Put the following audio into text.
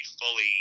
fully